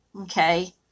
okay